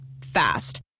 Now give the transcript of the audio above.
Fast